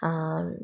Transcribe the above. ആ